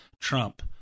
Trump